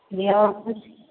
जी और कुछ